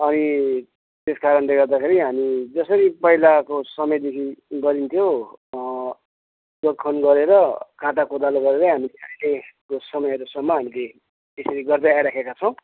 अनि त्यस कारणले गर्दाखेरि हामी जसरी पहिलाको समयदेखि गरिन्थ्यो जोत खन गरेर काँटा कोदालो गरेर हामी अहिलेको समयसम्म हामीले यसरी गर्दै आइराखेका छौँ